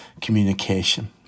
communication